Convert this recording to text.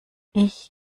ich